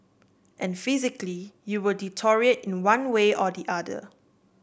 and physically you will deteriorate in one way or the other